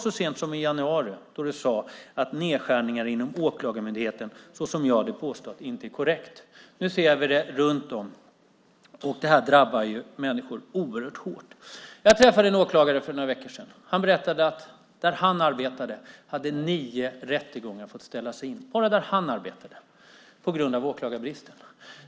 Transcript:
Så sent som i januari sade du alltså att det som jag påstod om nedskärningar inom Åklagarmyndigheten inte var korrekt. Nu ser vi det runt om i landet, och det drabbar människor oerhört hårt. Jag träffade en åklagare för några veckor sedan. Han berättade att där han arbetade hade nio rättegångar fått ställas in på grund av åklagarbrist.